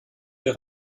wir